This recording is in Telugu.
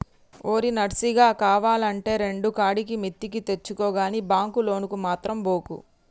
ఓరి నర్సిగా, కావాల్నంటే రెండుకాడికి మిత్తికి తెచ్చుకో గని బాంకు లోనుకు మాత్రం బోకు